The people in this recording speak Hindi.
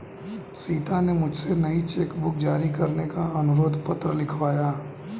सीता ने मुझसे नई चेक बुक जारी करने का अनुरोध पत्र लिखवाया